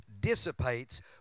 dissipates